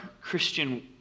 Christian